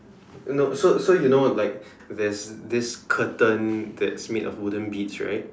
no so so you know like there's this curtain that's made of wooden beads right